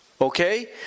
Okay